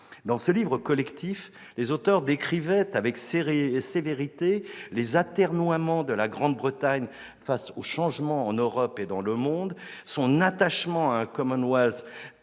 Ce livre collectif décrivait avec sévérité les atermoiements de la Grande-Bretagne face aux changements en Europe et dans le monde, son attachement à un Commonwealth